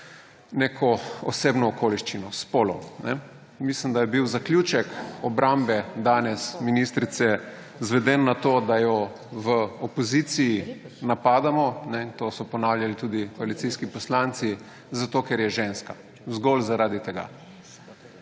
neko osebno okoliščino spolov. Mislim, da je bil zaključek obrambe danes ministrice izveden na to, da jo v opoziciji napadamo, to so ponavljali tudi koalicijski poslanci, ker je ženska. Zgolj zaradi tega.